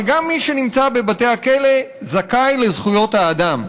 אבל גם מי שנמצא בבתי הכלא זכאי לזכויות האדם,